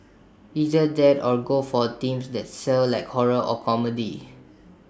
either that or go for themes that sell like horror or comedy